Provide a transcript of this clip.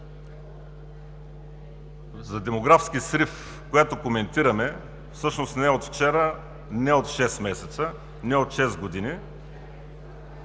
за демографски срив, която коментираме, всъщност не е от вчера, не е от 6 месеца, не е от 6 години,